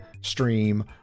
Stream